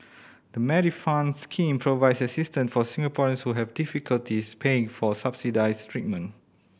the Medifund scheme provides assistance for Singaporeans who have difficulties paying for subsidized treatment